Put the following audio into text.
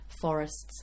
forests